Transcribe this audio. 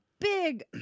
big